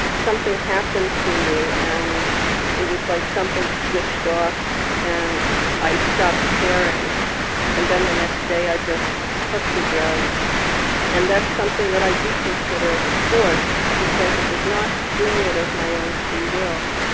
something happened to me and it was like something switched off and i stopped caring and then the next day i just took the drugs and that's something that i do consider force because it was not doing it of my own free will.